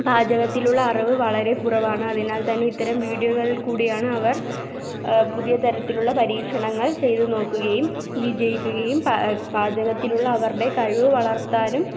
പാചകത്തിലുള്ള അറിവ് വളരെ കുറവാണ് അതിനാൽ തന്നെ ഇത്തരം വിഡിയോകളിൽ കൂടിയാണ് അവർ പുതിയ തരത്തിലുള്ള പരീക്ഷണങ്ങൾ ചെയ്ത് നോക്കുകയും വിജയിക്കുകയും പാചകത്തിലുള്ള അവരുടെ കഴിവ് വളർത്താനും